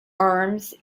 arms